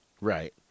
Right